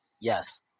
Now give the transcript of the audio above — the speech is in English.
Yes